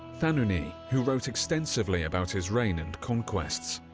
thanuny, who wrote extensively about his reign and conquests.